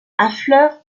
affleure